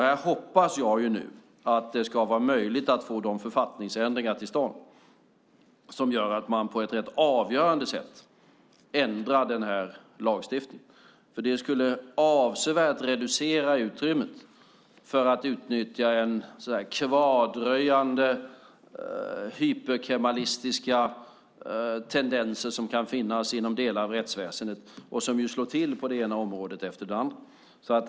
Jag hoppas att det ska vara möjligt att få till stånd författningsändringar som gör att man på ett avgörande sätt ändrar lagstiftningen. Det skulle avsevärt reducera utrymmet att utnyttja de kvardröjande hyperkemalistiska tendenser som kan finnas inom delar av rättsväsendet och som slår till på det ena området efter det andra.